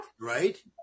Right